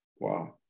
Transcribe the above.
wow